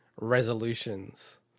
resolutions